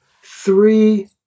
three